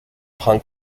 punk